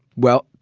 well,